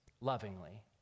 lovingly